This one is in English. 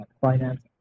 finance